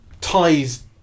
ties